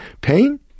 pain